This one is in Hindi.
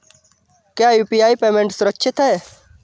क्या यू.पी.आई पेमेंट सुरक्षित है?